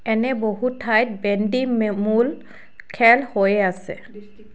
এনে বহু ঠাইত বেণ্ডী মে মূল খেল হৈয়ে আছে